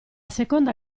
seconda